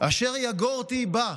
אשר יגורתי בא.